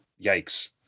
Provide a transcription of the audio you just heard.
yikes